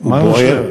מה הנושא?